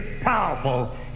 powerful